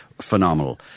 phenomenal